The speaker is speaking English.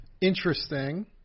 Interesting